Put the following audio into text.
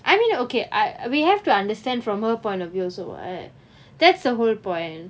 I mean okay I we have to understand from her point of view also that's the whole point